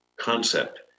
concept